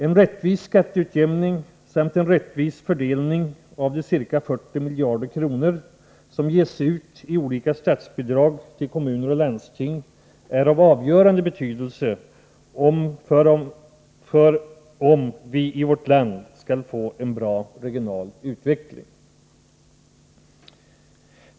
En rättvis skatteutjämning samt en rättvis fördelning av de ca 40 miljarder kronor som ges ut i olika statsbidrag till kommuner och landsting är av avgörande betydelse för om vi i vårt land skall få en bra regional utveckling.